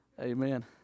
Amen